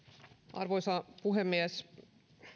arvoisa puhemies